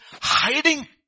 hiding